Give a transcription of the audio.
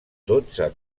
dotze